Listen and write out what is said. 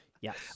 Yes